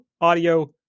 Audio